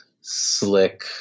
slick